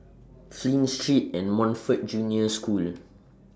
Flint Street and Montfort Junior School